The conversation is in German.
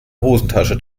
hosentasche